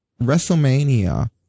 WrestleMania